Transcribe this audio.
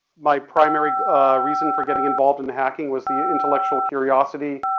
my primary reason for getting involved in the hacking was the intellectual curiosity,